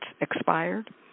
expired